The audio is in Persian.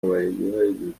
حاملگیهای